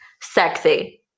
sexy